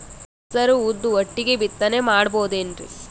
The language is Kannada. ಹೆಸರು ಉದ್ದು ಒಟ್ಟಿಗೆ ಬಿತ್ತನೆ ಮಾಡಬೋದೇನ್ರಿ?